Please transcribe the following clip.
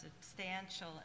substantial